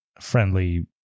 friendly